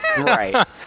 Right